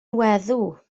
weddw